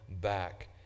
back